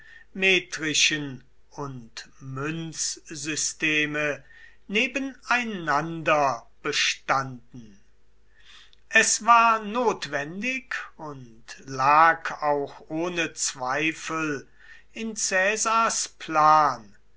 metrischen und münzsysteme nebeneinander bestanden es war notwendig und lag auch ohne zweifel in caesars plan